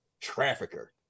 trafficker